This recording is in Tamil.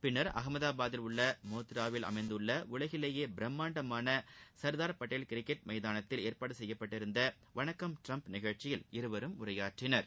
பின்னா் அகமதாபாத்தில் உள்ள மோத்திராவில் அமைந்துள்ள உலகிலேயே பிரம்மாண்டமான சா்தாா் பட்டேல் கிரிக்கெட் எமதானத்தில் ஏற்பாடு செய்யப்பட்டிருந்த வனாக்கம் ட்ரம்ப நிகழ்ச்சியில் இருவரும் உரையாற்றினர்